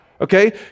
Okay